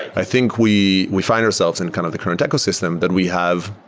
i think we we find ourselves in kind of the current ecosystem that we have,